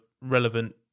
relevant